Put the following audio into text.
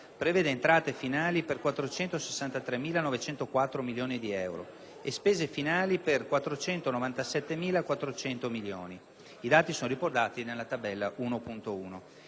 prevede entrate finali per 463.904 milioni di euro e spese finali per 497.400 milioni (i dati sono riportati nella tabella 1.1).